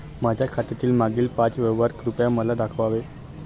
माझ्या खात्यातील मागील पाच व्यवहार कृपया मला दाखवावे